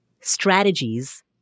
strategies